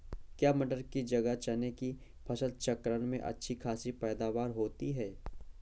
क्या मटर की जगह चने की फसल चक्रण में अच्छी खासी पैदावार होती है?